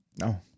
No